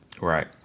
Right